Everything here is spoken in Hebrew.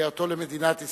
עלייתו למדינת ישראל,